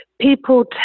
People